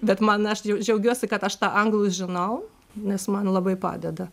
bet man aš džiaugiuosi kad aš tą anglų žinau nes man labai padeda